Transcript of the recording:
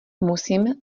musím